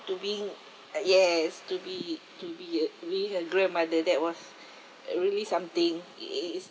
to being uh yes to be to be uh being a grandmother that was uh really something it is